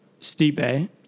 Stipe